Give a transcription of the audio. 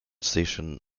station